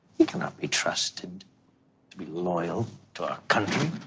he cannot be trusted to be loyal to our country.